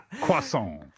Croissant